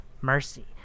Mercy